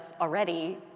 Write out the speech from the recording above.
already